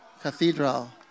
cathedral